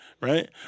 right